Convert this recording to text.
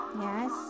yes